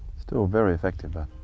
still very effective but.